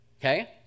okay